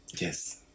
Yes